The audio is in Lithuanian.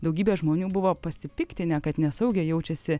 daugybė žmonių buvo pasipiktinę kad nesaugiai jaučiasi